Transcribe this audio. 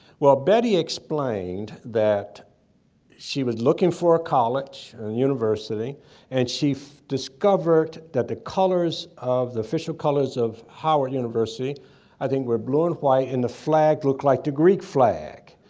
well, betty explained that she was looking for college and university and she discovered that the colors, the official colors, of howard university i think were blue and white, and the flag looked like the greek flag.